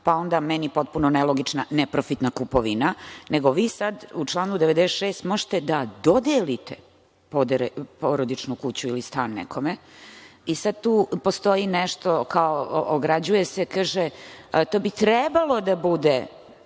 pa onda meni potpuno nelogična „neprofitna kupovina“,nego vi sada u članu 96. možete da dodelite porodičnu kuću ili stan nekome i sada tu postoji nešto, ograđuje se, kaže, to bi trebalo da bude